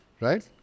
right